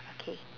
okay